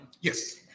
Yes